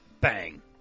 bang